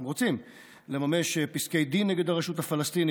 אם רוצים לממש פסקי דין נגד הרשות הפלסטינית,